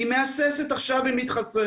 היא מהססת עכשיו אם להתחסן,